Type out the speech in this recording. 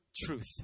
truth